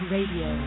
Radio